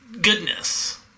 goodness